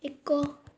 ଏକ